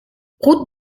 route